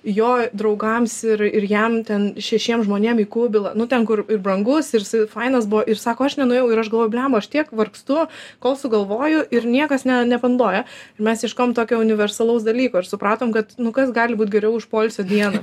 jo draugams ir ir jam ten šešiem žmonėm į kubilą nu ten kur ir brangus ir jisai fainas buvo ir sako aš nenuėjau ir aš galvoju bliamba aš tiek vargstu kol sugalvoju ir niekas ne nepandoja mes ieškom tokio universalaus dalyko ir supratom kad nu kas gali būt geriau už poilsio dieną